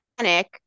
panic